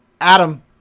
Adam